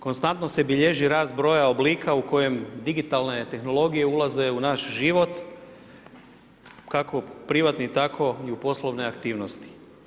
Konstantno se bilježi rast broja oblika, u kojem digitalne tehnologije ulaze u naš život, kako u privatni, tako i u poslovne aktivnosti.